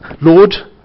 Lord